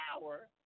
power